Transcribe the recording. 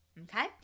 Okay